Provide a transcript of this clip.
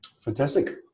Fantastic